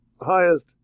highest